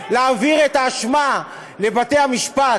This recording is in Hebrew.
להעביר את האשמה לבתי-המשפט,